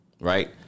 Right